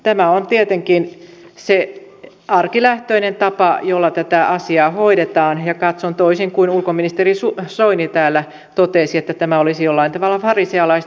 tämä on tietenkin se arkilähtöinen tapa jolla tätä asiaa hoidetaan ja katson toisin kuin ulkoministeri soini joka täällä totesi että tämä olisi jollain lailla farisealaista